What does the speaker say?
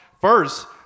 first